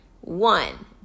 One